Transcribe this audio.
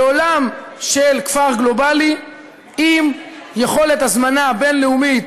לעולם של כפר גלובלי עם יכולת הזמנה בין-לאומית,